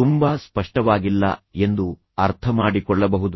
ತುಂಬಾ ಸ್ಪಷ್ಟವಾಗಿಲ್ಲ ಎಂದು ಅರ್ಥಮಾಡಿಕೊಳ್ಳಬಹುದು